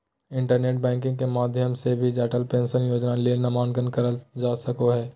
internet banking के माध्यम से भी अटल पेंशन योजना ले नामंकन करल का सको हय